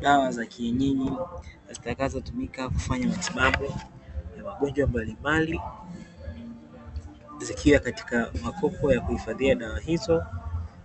Dawa za kienyeji zitakazotumikia kufanya matibabu ya magonjwa mbalimbali, zikiwa katika makopo ya kuifadhia dawa hizo